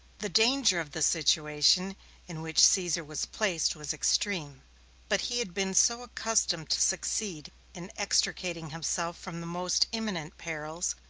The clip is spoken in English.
the danger of the situation in which caesar was placed was extreme but he had been so accustomed to succeed in extricating himself from the most imminent perils,